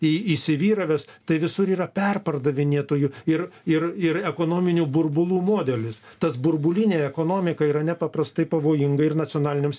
į įsivyravęs tai visur yra perpardavinėtojų ir ir ir ekonominių burbulų modelis tas burbulinė ekonomika yra nepaprastai pavojinga ir nacionaliniams